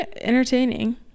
entertaining